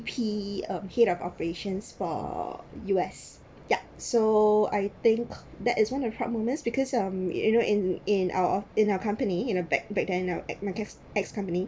p~ um head of operations for U_S yup so I think that is one of the proud moments because um you know in in our in our company in uh back back then uh at my ex ex company